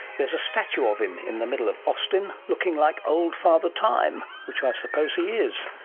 there's a statue of him in the middle of austin, looking like old father time, which i suppose he is.